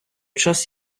час